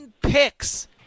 picks